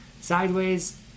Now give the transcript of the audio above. sideways